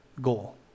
goal